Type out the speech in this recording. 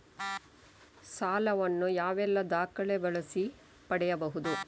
ಸಾಲ ವನ್ನು ಯಾವೆಲ್ಲ ದಾಖಲೆ ಬಳಸಿ ಪಡೆಯಬಹುದು?